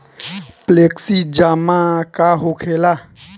Flexi जमा का होखेला?